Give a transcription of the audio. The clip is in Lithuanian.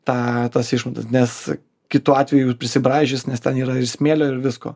tą tas išmatas nes kitu atveju prisibraižys nes ten yra ir smėlio ir visko